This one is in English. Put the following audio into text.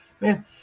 Man